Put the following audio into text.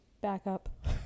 backup